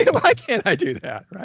and why can't i do that?